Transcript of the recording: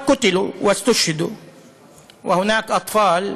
ואנוור הייתה הקורבן של האפרטהייד הזה.